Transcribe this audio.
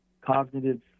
cognitive